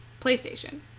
PlayStation